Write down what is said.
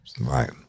Right